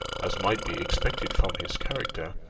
as might be expected from his character,